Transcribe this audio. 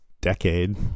decade